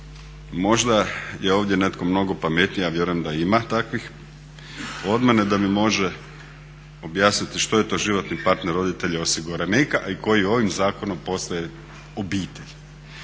Možda je ovdje netko mnogo pametniji, ja vjerujem da ima takvih, od mene da mi može objasniti što je to životni partner roditelja osiguranika koji ovim zakonom postaje obitelj.